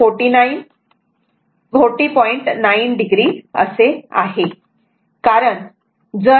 9 o असे आहे कारण जर cos α 1013